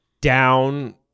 down –